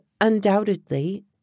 undoubtedly